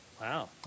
Wow